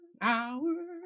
hour